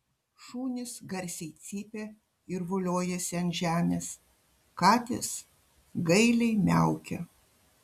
šunys garsiai cypia ir voliojasi ant žemės katės gailiai miaukia